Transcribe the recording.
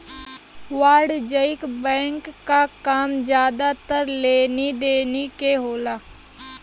वाणिज्यिक बैंक क काम जादातर लेनी देनी के होला